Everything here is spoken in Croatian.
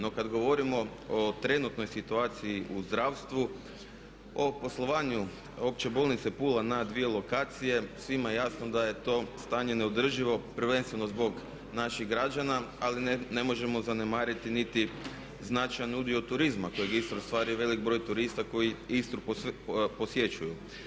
No, kad govorimo o trenutnoj situaciji u zdravstvu o poslovanju Opće bolnice Pula na dvije lokacije svima je jasno da je to stanje neodrživo, prvenstveno zbog naših građana ali ne možemo zanemariti niti značajan udio turizma kojeg Istra ostvaruje i velik broj turista koji Istru posjećuju.